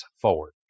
forward